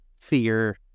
fear